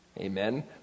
Amen